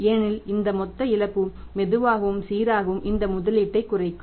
ஏனெனில் இந்த மொத்த இழப்பு மெதுவாகவும் சீராகவும் இந்த முதலீட்டை குறைக்கும்